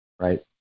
Right